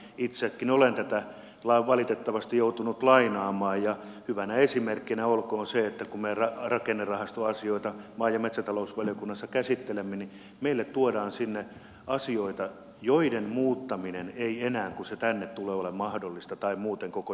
itsekin olen tätä valitettavasti joutunut lainaamaan ja hyvänä esimerkkinä olkoon se että kun me rakennerahastoasioita maa ja metsätalousvaliokunnassa käsittelemme niin meille tuodaan sinne asioita joiden muuttaminen ei enää kun ne tänne tulevat ole mahdollista tai muuten koko järjestelmä romuttuu